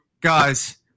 guys